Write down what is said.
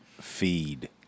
feed